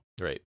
Right